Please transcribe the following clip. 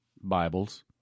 Bibles